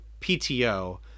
PTO